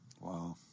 Wow